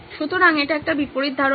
সুতরাং এটি একটি বিপরীত ধারণা